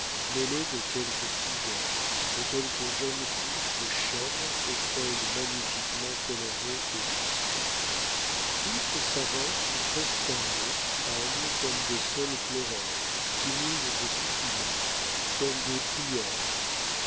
mêlées de quelques fougères de quelques jeunes pousses de chêne aux feuilles magnifiquement colorées et lustrées toutes s'avancent prosternées humbles comme des saules pleureurs timides et suppliantes comme des prières